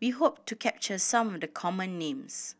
we hope to capture some of the common names